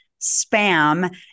spam